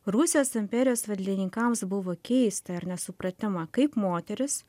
rusijos imperijos valdininkams buvo keista ir nesuprantama kaip moterys